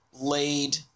laid